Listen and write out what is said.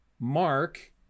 Mark